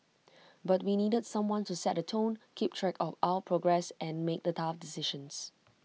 but we needed someone to set the tone keep track of our progress and make the tough decisions